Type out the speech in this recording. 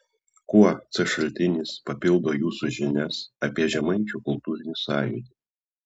kuo c šaltinis papildo jūsų žinias apie žemaičių kultūrinį sąjūdį